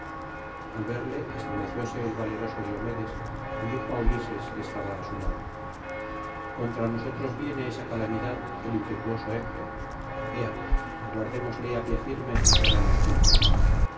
al verle estremecióse el valeroso diomedes y dijo á ulises que estaba á su lado contra nosotros viene esa calamidad el impetuoso héctor ea aguardémosle á pie firme y cerremos con él